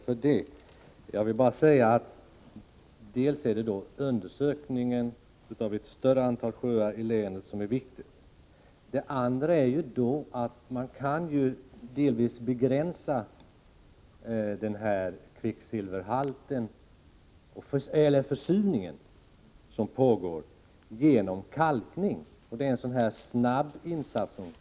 Fru talman! Jag tackar för det. I detta sammanhang vill jag för det första säga att undersökningen av ett större antal sjöar i länet är viktig. För det andra vill jag säga att man genom kalkning delvis kan begränsa den försurning som pågår. Det är en åtgärd som snabbt kan vidtas.